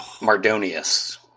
Mardonius